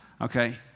okay